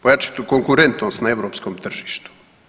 Pojačati konkurentnost na europskom tržištu.